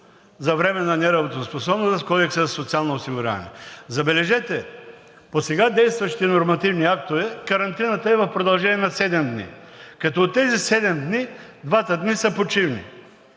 за временна неработоспособност – в Кодекса за социално осигуряване. Забележете, по сега действащите нормативни актове карантината е в продължение на седем дни, като от тези седем дни двата дни са почивни.